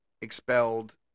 expelled